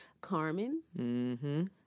Carmen